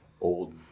old